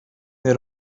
nie